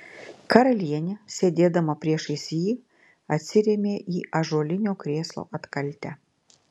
karalienė sėdėdama priešais jį atsirėmė į ąžuolinio krėslo atkaltę